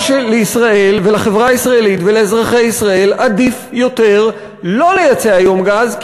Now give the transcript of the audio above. או שלישראל ולחברה הישראלית ולאזרחי ישראל עדיף יותר לא לייצא היום גז,